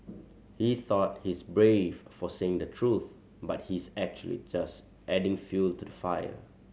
he thought he's brave for saying the truth but he's actually just adding fuel to the fire